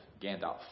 Gandalf